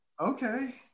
Okay